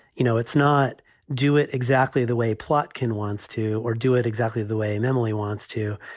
you know, it's not do it exactly the way plotkin wants to or do it exactly the way and emily wants to.